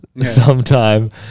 sometime